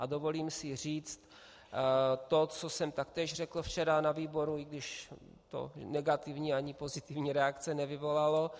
A dovolím si říct to, co jsem taktéž řekl včera na výboru, i když to negativní ani pozitivní reakce nevyvolalo.